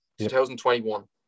2021